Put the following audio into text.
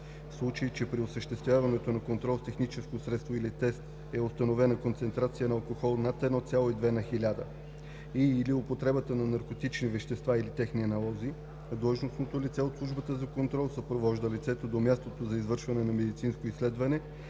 в случай че при осъществяването на контрол с техническо средство или тест е установена концентрация на алкохол над 1,2 на хиляда и/или употреба на наркотични вещества или техни аналози, длъжностното лице от службата за контрол съпровожда лицето до мястото за извършване на медицинско изследване